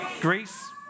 Greece